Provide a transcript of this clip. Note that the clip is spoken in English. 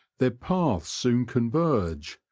their paths soon con verge,